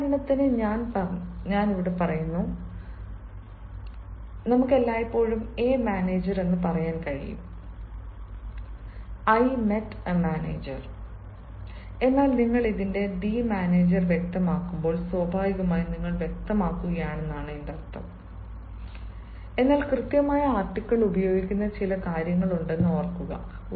ഉദാഹരണത്തിന് ഞാൻ പറഞ്ഞാൽ നമ്മൾ ക്ക് എല്ലായ്പ്പോഴും എ മാനേജർ എന്ന് പറയാൻ കഴിയും ഐ മറ്റ് എ മനേജർ എന്നാൽ നിങ്ങൾ ഇതിന്റെ ദി മാനേജർ വ്യക്തമാക്കുമ്പോൾ സ്വാഭാവികമായും നിങ്ങൾ വ്യക്തമാക്കുകയാണ് എന്നാൽ കൃത്യമായ ആർട്ടികിൽ ഉപയോഗിക്കുന്ന ചില കാര്യങ്ങളുണ്ടെന്ന് ഓർമ്മിക്കുക